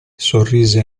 sorrise